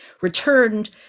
returned